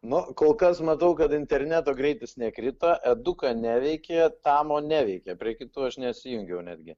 nu kol kas matau kad interneto greitis nekrito eduka neveikė tamo neveikė prie kitų aš nesijungiau netgi